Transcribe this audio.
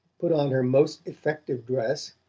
put on her most effective dress,